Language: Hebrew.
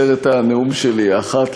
יש שתי דרכים לקצר את הנאום שלי: האחת,